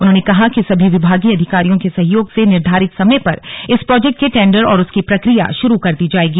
उन्होंने कहा कि सभी विभागीय अधिकारियों के सहयोग से निर्धारित समय पर इस प्रोजेक्ट के टेंडर और उसकी प्रक्रिया शुरू कर दी जाएगी